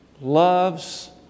loves